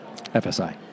FSI